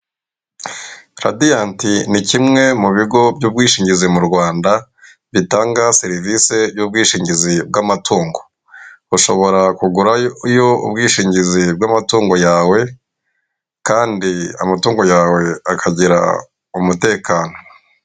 Radiyanti ni kimwe mu bigo by'ubwishingizi mu Rwanda bitanga serivisi y'ubwishingizi bw'amatungo, ushobora kugurayo ubwishingizi bw'amatungo yawe kandi amatungo yawe akagira umutekano.